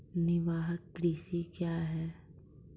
निवाहक कृषि क्या हैं?